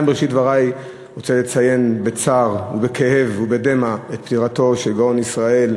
בראשית דברי אני רוצה לציין בצער ובכאב ובדמע את פטירתו של גאון ישראל,